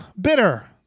bitter